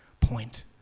point